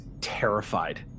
terrified